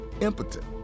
impotent